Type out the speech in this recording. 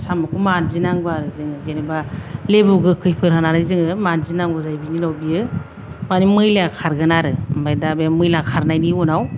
साम'खौ मानजिनांगौ आरो जोङो जेन'बा लेबु गोखैफोर होनानै जोङो मानजिनांगौ जायो बिनि उनाव बियो आर मैलाया खारगोन आरो ओमफाय दा बे मैला खारनायनि उनाव